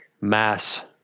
mass-